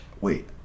wait